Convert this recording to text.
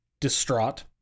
distraught